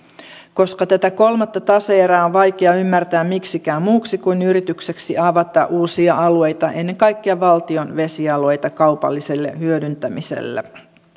koska tätä kolmatta tase erää on vaikea ymmärtää miksikään muuksi kuin yritykseksi avata uusia alueita ennen kaikkea valtion vesialueita kaupalliselle hyödyntämiselle